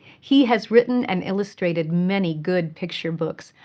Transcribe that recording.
he has written and illustrated many good picture books,